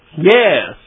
Yes